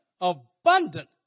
abundant